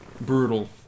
Brutal